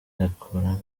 yakuramo